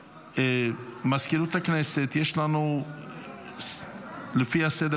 אם בכל מקרה יש לנו פה איזשהו ספק,